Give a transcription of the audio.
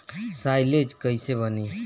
Silage कईसे बनी?